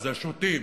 זה השוטים.